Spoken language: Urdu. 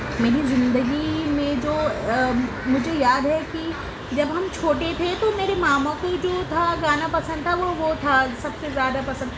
میری زندگی میں جو مجھے یاد ہے کہ ہم چھوٹے تھے تو میرے ماما کو جو تھا گانا پسند تھا تو وہ تھا سب سے زیادہ پسند